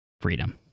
freedom